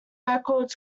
record